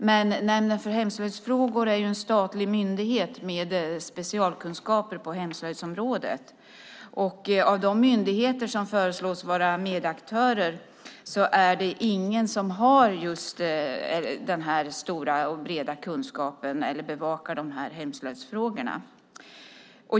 Men Nämnden för hemslöjdsfrågor är ju en statlig myndighet med specialkunskaper på hemslöjdsområdet, och av de myndigheter som föreslås vara medaktörer är det ingen som har just den stora och breda kunskapen eller som bevakar hemslöjdsfrågorna.